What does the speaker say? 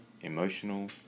emotional